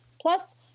Plus